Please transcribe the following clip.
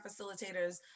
facilitators